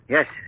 Yes